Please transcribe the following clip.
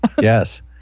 yes